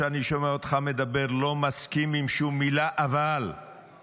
כשאני שומע אותך מדבר אני לא מסכים עם שום מילה אבל מכבד,